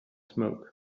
smoke